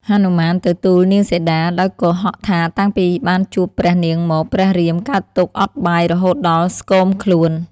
ហនុមានទៅទួលនាងសីតា ដោយកុហកថាតាំងពីបានជួបព្រះនាងមកព្រះរាមកើតទុក្ខអត់បាយរហូតដល់ស្គមខ្លួន។